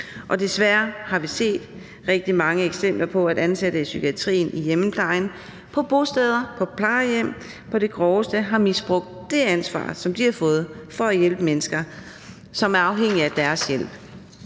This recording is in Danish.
Desværre har vi set rigtig mange eksempler på, at ansatte i psykiatrien, i hjemmeplejen, på bosteder og på plejehjem på det groveste har misbrugt det ansvar, som de har fået, for at hjælpe mennesker, som er afhængige af deres hjælp.